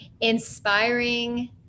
inspiring